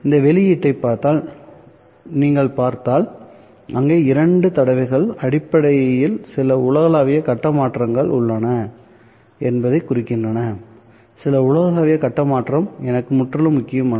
இந்த வெளிப்பாட்டை நீங்கள் பார்த்தால் அங்கே இந்த இரண்டு தடவைகள் அடிப்படையில் சில உலகளாவிய கட்ட மாற்றங்கள் உள்ளன என்பதைக் குறிக்கின்றனசில உலகளாவிய கட்ட மாற்றம் எனக்கு முற்றிலும் முக்கியமல்ல